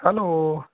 hello